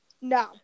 No